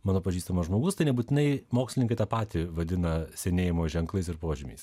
mano pažįstamas žmogus tai nebūtinai mokslininkai tą patį vadina senėjimo ženklais ir požymiais